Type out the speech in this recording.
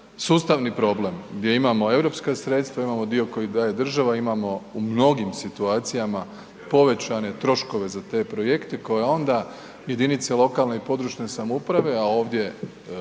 sustavni problem gdje imamo europska sredstva i imamo dio koji daje država i imamo u mnogim situacijama povećane troškove za te projekte koje onda jedinice lokalne i područne samouprave, a ovdje